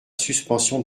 suspension